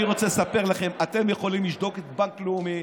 אני רוצה לספר לכם: אתם יכולים לשדוד את בנק לאומי,